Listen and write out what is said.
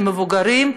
למבוגרים,